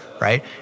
right